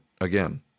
again